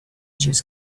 just